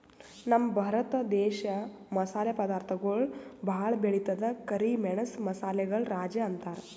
ನಮ್ ಭರತ ದೇಶ್ ಮಸಾಲೆ ಪದಾರ್ಥಗೊಳ್ ಭಾಳ್ ಬೆಳಿತದ್ ಕರಿ ಮೆಣಸ್ ಮಸಾಲೆಗಳ್ ರಾಜ ಅಂತಾರ್